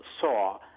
saw